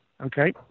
okay